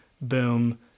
boom